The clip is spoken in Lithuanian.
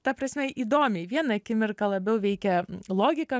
ta prasme įdomiai vieną akimirką labiau veikia logika